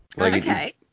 okay